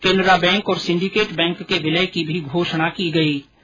Canara bank और Syndicate bank के विलय की भी घोषणा की गईं